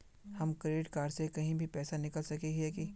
हम credit card से कहीं भी पैसा निकल सके हिये की?